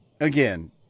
Again